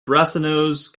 brasenose